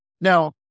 now